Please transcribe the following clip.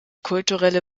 kulturelle